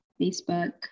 Facebook